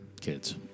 Kids